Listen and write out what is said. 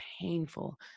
painful